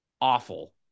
awful